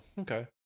Okay